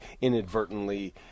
inadvertently